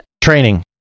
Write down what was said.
Training